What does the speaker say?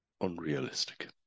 unrealistic